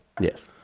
Yes